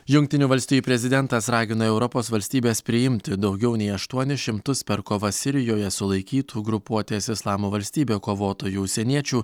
jungtinių valstijų prezidentas ragina europos valstybes priimti daugiau nei aštuonis šimtus per kovas sirijoje sulaikytų grupuotės islamo valstybė kovotojų užsieniečių